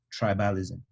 tribalism